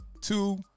two